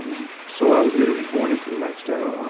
um so i was literally born into the lifestyle.